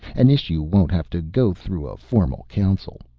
an issue won't have to go through a formal council.